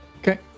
Okay